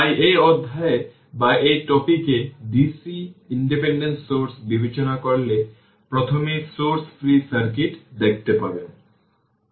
তাই এই অধ্যায়ে বা এই টপিক এ ডিসি ইন্ডিপেন্ডেন্ট সোর্স বিবেচনা করলে প্রথমেই সোর্স ফ্রি সার্কিট দেখতে পাবেন